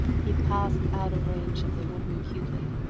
he passed out of range of the wooden cupid,